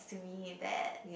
to me that